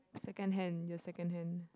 secondhand your secondhand